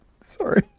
Sorry